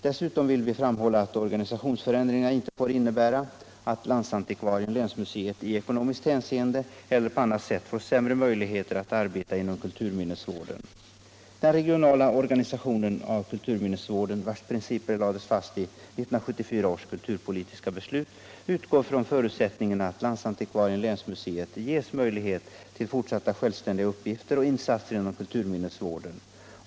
Dessutom vill vi framhålla att organisationsförändringarna inte får innebära alt landsantikvarien länsmuseet ges möjlighet till fortsatta självständiga uppgifter och insatser inom kulturminnesvården.